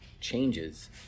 changes